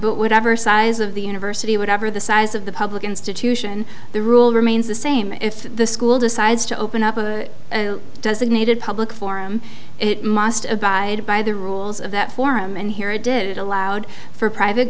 but whatever size of the university whatever the size of the public institution the rule remains the same if the school decides to open up a dozen aided public forum it must abide by the rules of that forum and here it did it allowed for private